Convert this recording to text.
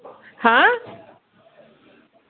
ہاں